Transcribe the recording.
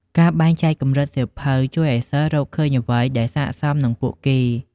ការបែងចែកកម្រិតសៀវភៅជួយឱ្យសិស្សរកឃើញអ្វីដែលស័ក្តិសមនឹងពួកគេ។